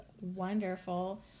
wonderful